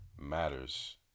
matters